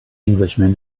englishman